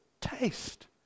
Taste